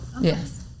Yes